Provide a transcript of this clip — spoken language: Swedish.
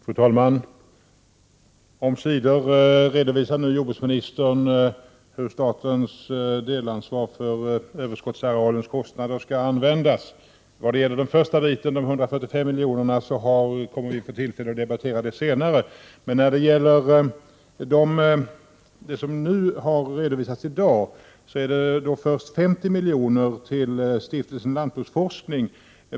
Fru talman! Omsider redovisar nu jordbruksministern hur medlen för statens delansvar för överskottsarealens kostnader skall användas. När det gäller de första 145 miljonerna kommer vi att få tillfälle att debattera det senare. Men när det gäller det som har redovisats i dag så säger jordbruksministern att 50 milj.kr. skall överföras till Stiftelsen Lantbruksforskning.